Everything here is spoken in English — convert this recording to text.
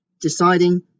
deciding